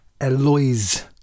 Eloise